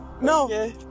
No